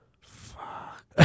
Fuck